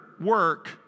work